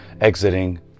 exiting